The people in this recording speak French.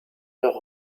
leurs